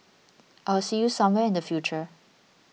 I'll see you somewhere in the future